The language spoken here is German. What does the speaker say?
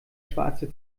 schwarze